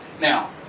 Now